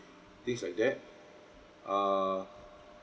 things like that uh